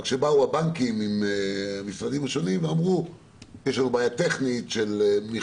אבל כשבאו הבנקים עם המשרדים השונים ואמרו שיש להם בעיה טכנית של מחשוב,